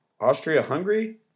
Austria-Hungary